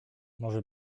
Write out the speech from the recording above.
może